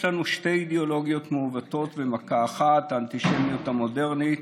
יש לנו שתי אידיאולוגיות מעוותות במכה אחת: האנטישמיות המודרנית